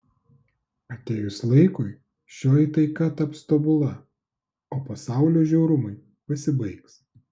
atėjus laikui šioji taika taps tobula o pasaulio žiaurumai pasibaigs